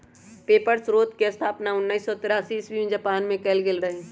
paper स्रोतके स्थापना उनइस सौ तेरासी इस्बी में जापान मे कएल गेल रहइ